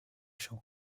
champ